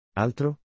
Altro